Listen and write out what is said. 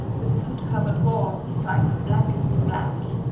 the sootcovered walls defied the blackest black.